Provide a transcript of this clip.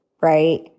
right